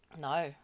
No